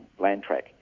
Landtrack